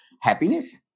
happiness